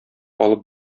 алып